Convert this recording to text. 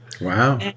Wow